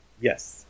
Yes